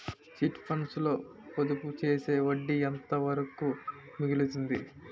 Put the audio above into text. Chit funds లో పొదుపు చేస్తే వడ్డీ ఎంత వరకు మిగులుతుంది?